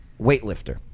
weightlifter